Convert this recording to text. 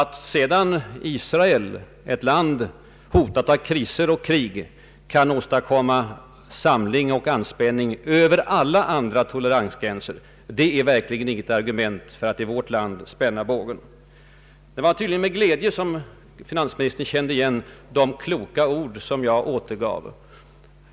Att sedan Israel, ett land utsatt för kriser och krig, kan åstadkomma samling och anspänning över alla to'eransgränser utgör verkligen inget argument för att vi i vårt land kan spänna bågen alltför hårt. Det var tydligen med glädje som finansministern kände igen de kloka ord som jag återgav.